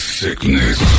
sickness